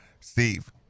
Steve